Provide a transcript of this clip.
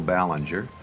Ballinger